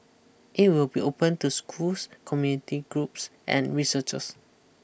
it will be open to schools community groups and researchers